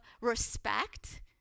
respect